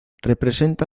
representa